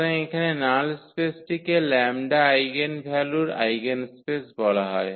সুতরাং এখানে নাল স্পেসটিকে 𝜆 আইগেনভ্যালুর আইগেনস্পেস বলা হয়